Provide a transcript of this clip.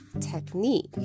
technique